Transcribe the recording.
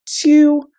two